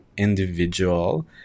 Individual